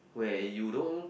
where you don't